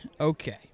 Okay